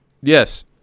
Yes